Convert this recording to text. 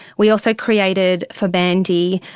we also created for mandy,